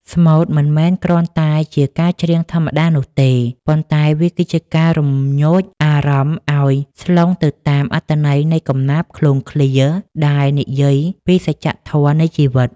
ស្មូតមិនមែនគ្រាន់តែជាការច្រៀងធម្មតានោះទេ ប៉ុន្តែវាគឺជាការរំញោចអារម្មណ៍ឱ្យស្លុងទៅតាមអត្ថន័យនៃកំណាព្យឃ្លោងឃ្លាដែលនិយាយពីសច្ចធម៌នៃជីវិត។